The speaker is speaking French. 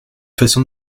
façon